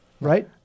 right